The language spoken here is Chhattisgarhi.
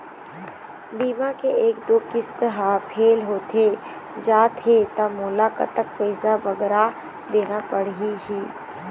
बीमा के एक दो किस्त हा फेल होथे जा थे ता मोला कतक पैसा बगरा देना पड़ही ही?